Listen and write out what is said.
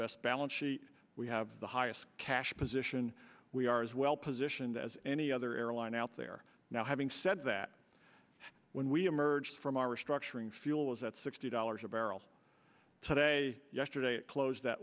best balance sheet we have the highest cash position we are as well positioned as any other airline out there now having said that when we emerge from our restructuring fuel is at sixty dollars a barrel today yesterday it closed